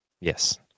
Yes